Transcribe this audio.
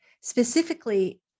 Specifically